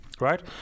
right